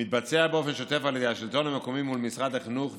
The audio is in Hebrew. מתבצע באופן שוטף על ידי השלטון המקומי מול משרד החינוך.